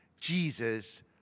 Jesus